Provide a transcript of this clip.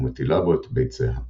ומטילה בו את ביציה.